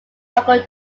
local